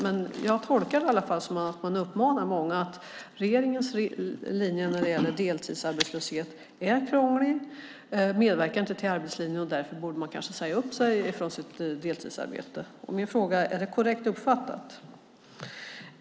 Men jag tolkar det i alla fall som att budskapet till många är att regeringens linje när det gäller deltidsarbetslöshet är krånglig och inte medverkar till arbetslinjen och att man därför kanske borde säga upp sig från sitt deltidsarbete. Är det korrekt uppfattat? Herr talman!